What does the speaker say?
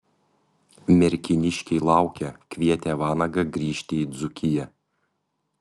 merkiniškiai laukia kvietė vanagą grįžti į dzūkiją